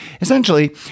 Essentially